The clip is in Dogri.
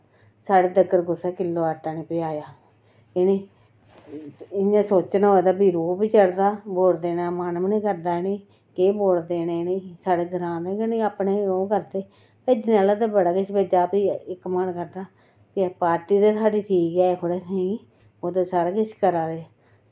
साढ़े तगर कुसै किलो आटा निं पजाया इ'नें ई इ'यां सोचना होऐ तां रोह् चढ़दा ते वोट देने दा मन निं करदा इ'नेंगी ते केह् वोट देने इ'नेंगी साढ़े ग्रांऽ दे निं करदे अपने भेजने आह्ला ते बड़ा किश भेजा दा इक मन करदा पार्टी ते साढ़ी ठीक ऐ नी ओह् ते सारा किश करा दे